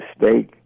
mistake